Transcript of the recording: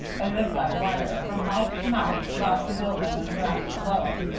as if by wire, from mouth to mouth about the building and the grounds below.